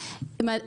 שבטיפולה.